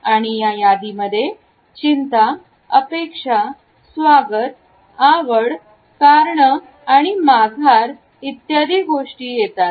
आणि या यादीमध्ये चिंता अपेक्षा स्वागत आवड कारण आणि माघार इत्यादी गोष्टी येतात